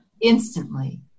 instantly